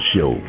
Show